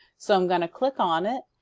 so i'm going to click on it.